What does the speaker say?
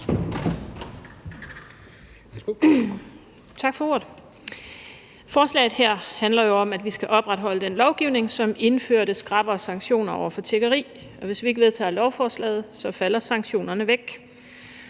Tak for ordet. Forslaget her handler jo om, at vi skal opretholde den lovgivning, som indførte skrappere sanktioner over for tiggeri. Og hvis vi ikke vedtager lovforslaget, falder sanktionerne væk.